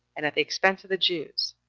and at the expense of the jews,